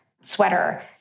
sweater